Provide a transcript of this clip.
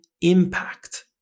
impact